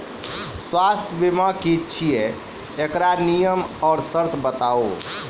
स्वास्थ्य बीमा की छियै? एकरऽ नियम आर सर्त बताऊ?